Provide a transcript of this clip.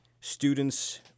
students